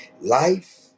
Life